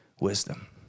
wisdom